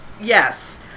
Yes